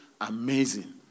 amazing